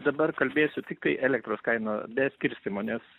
dabar kalbėsiu tiktai elektros kaina be skirstymo nes